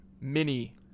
mini